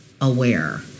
aware